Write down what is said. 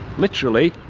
literally.